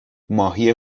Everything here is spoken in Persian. ماهی